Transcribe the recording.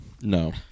No